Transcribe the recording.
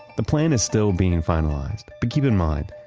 the plan is still being finalized. but keep in mind,